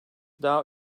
daha